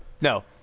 No